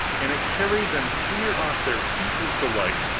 and it carried them clear off their feet with delight.